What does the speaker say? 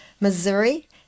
Missouri